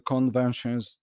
Conventions